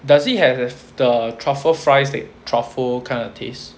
does it have the truffle fries the truffle kind of tastes